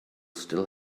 still